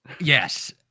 Yes